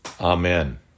Amen